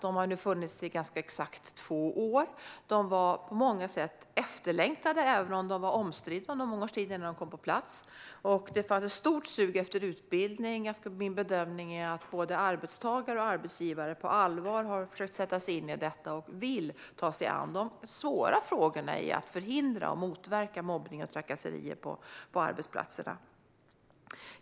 De har nu funnits i ganska exakt två år och var på många sätt efterlängtade även om de under många års tid, innan de kom på plats, var omstridda. Det fanns ett stort sug efter utbildning. Min bedömning är att både arbetstagare och arbetsgivare på allvar har försökt sätta sig in i detta och vill ta sig an de svåra frågor det handlar om när det gäller att förhindra och motverka mobbning och trakasserier på arbetsplatserna.